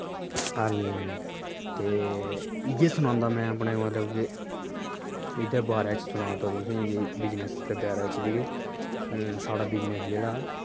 ते इ'यै सनान्ना में अपने मतलब कि एह्दे बारे च सनाऽ दा तुसें ई जे बिजनिस बारे च कि साढ़ा बिजनिस जेह्ड़ा